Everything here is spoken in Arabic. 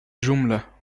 جملة